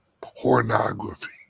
pornography